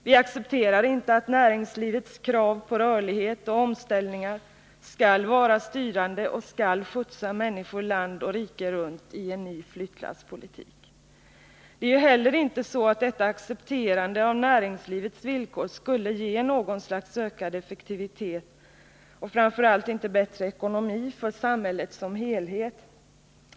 Vi accepterar inte att näringslivets krav på rörlighet och omställningar skall vara styrande och skall skjutsa människor land och rike runt i en ny flyttlasspolitik. Det är heller inte så att detta accepterande av näringslivets villkor skulle ge något slags ökad ffektivitet och bättre ekonomi för samhället som helhet.